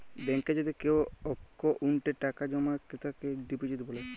ব্যাংকে যদি কেও অক্কোউন্টে টাকা জমা ক্রেতাকে ডিপজিট ব্যলে